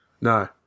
No